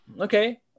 okay